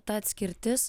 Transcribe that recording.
ta atskirtis